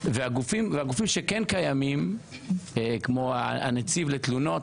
והגופים שכן קיימים כמו הנציב לתלונות,